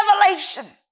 revelation